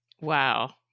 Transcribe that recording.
Wow